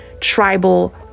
tribal